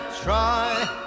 try